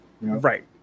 Right